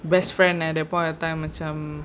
best friend at that point of time macam